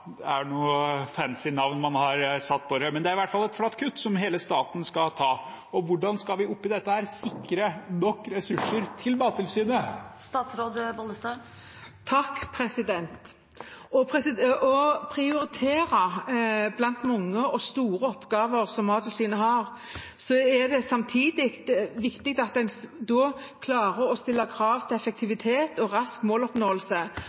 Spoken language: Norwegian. et flatt kutt – som hele staten skal ta. Hvordan skal vi i denne situasjonen sikre nok ressurser til Mattilsynet? Når man må prioritere blant mange og store oppgaver, som Mattilsynet gjør, er det viktig at en klarer å stille krav til effektivitet og rask måloppnåelse.